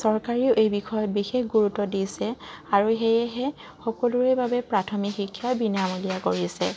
চৰকাৰেও এই বিষয়ত বিশেষ গুৰুত্ব দিছে আৰু সেয়েহে সকলোৰে বাবে প্ৰাথমিক শিক্ষা বিনামূলীয়া কৰিছে